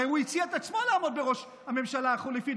הרי הוא הציע את עצמו לעמוד בראש הממשלה החליפית,